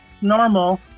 normal